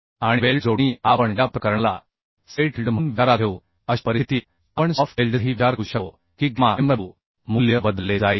आणि वेल्ड जोडणी आपण या प्रकरणाला साइट वेल्ड म्हणून विचारात घेऊ अशा परिस्थितीत आपण सॉफ्ट वेल्डचाही विचार करू शकतो की गॅमा Mw मूल्य बदलले जाईल